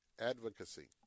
Advocacy